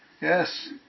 Yes